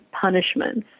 punishments